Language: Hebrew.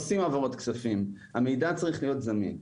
עושים העברות כספים והמידע צריך להיות זמין.